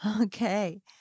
Okay